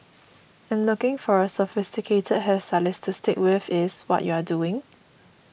and looking for a sophisticated hair stylist to stick with is what you are doing